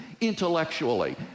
intellectually